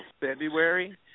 February